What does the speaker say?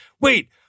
Wait